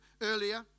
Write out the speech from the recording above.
earlier